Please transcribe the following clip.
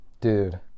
dude